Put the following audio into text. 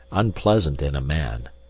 unpleasant in a man,